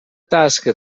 tasca